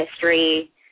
history